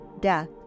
death